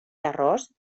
terrós